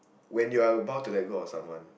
when you're about to let go of someone